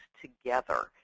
together